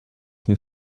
nie